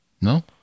No